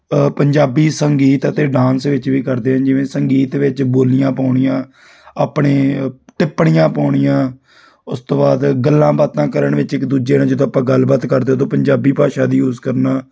ਪੰਜਾਬੀ ਸੰਗੀਤ ਅਤੇ ਡਾਂਸ ਵਿੱਚ ਵੀ ਕਰਦੇ ਹਨ ਜਿਵੇਂ ਸੰਗੀਤ ਵਿੱਚ ਬੋਲੀਆਂ ਪਾਉਣੀਆਂ ਆਪਣੇ ਟਿੱਪਣੀਆਂ ਪਾਉਣੀਆਂ ਉਸ ਤੋਂ ਬਾਅਦ ਗੱਲਾਂ ਬਾਤਾਂ ਕਰਨ ਵਿੱਚ ਇੱਕ ਦੂਜੇ ਨਾਲ ਜਦੋਂ ਆਪਾਂ ਗੱਲਬਾਤ ਕਰਦੇ ਹਾਂ ਉਦੋਂ ਪੰਜਾਬੀ ਭਾਸ਼ਾ ਦੀ ਯੂਸ ਕਰਨਾ